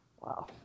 Wow